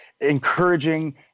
encouraging